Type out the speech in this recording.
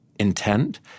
intent